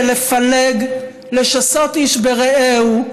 בלפלג, לשסות איש ברעהו,